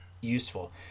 useful